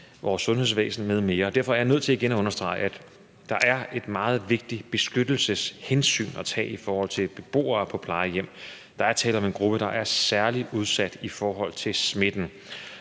og vores sundhedsvæsen m.m. Derfor er jeg nødt til igen at understrege, at der er et meget vigtigt beskyttelseshensyn at tage i forhold til beboere på plejehjem. Der er tale om en gruppe, der er særlig udsat for smitten.